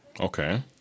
Okay